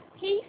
peace